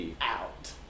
out